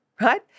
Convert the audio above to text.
right